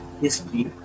History